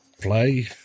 play